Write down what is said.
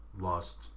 lost